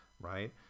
right